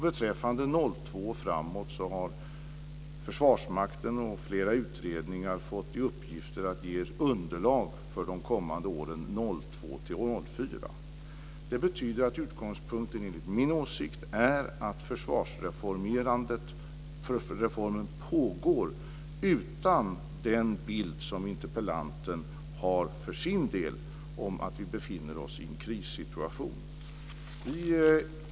Beträffande 2002 och framåt har Försvarsmakten och flera utredningar fått i uppgift att ge ett underlag för de kommande åren, 2002-2004. Det betyder att utgångspunkten enligt min åsikt är att försvarsreformen pågår utan den bild som interpellanten har för sin del om att vi befinner oss i en krissituation.